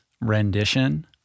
rendition